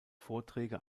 vorträge